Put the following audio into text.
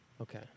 Okay